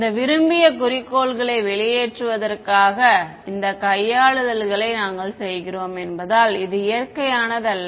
இந்த விரும்பிய குறிக்கோள்களை வெளியேற்றுவதற்காக இந்த கையாளுதல்களை நாங்கள் செய்கிறோம் என்பதால் இது இயற்கையானது அல்ல